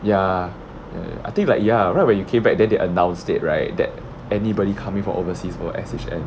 ya I think like ya right where you came back then they announced it right that anybody coming from overseas will S_H_N